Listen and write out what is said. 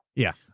yeah.